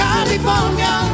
California